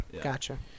gotcha